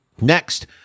Next